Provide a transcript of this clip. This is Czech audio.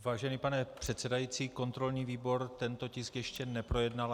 Vážený pane předsedající, kontrolní výbor tento tisk ještě neprojednal.